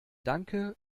danke